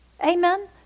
Amen